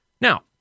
Now